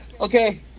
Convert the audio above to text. Okay